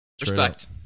Respect